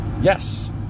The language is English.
yes